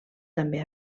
també